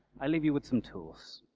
i'll leave you with some tools.